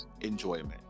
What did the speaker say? enjoyment